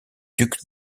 duc